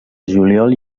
juliol